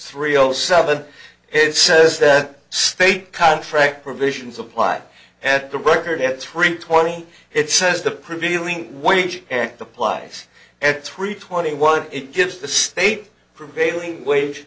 zero seven it says that state contract provisions applied at the record three twenty it says the prevailing wage act applies at three twenty one it gives the state prevailing wage